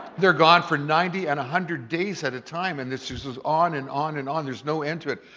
they're gone for ninety and one hundred days at a time and this just goes on and on and on. there's no end to it.